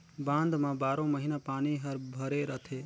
बांध म बारो महिना पानी हर भरे रथे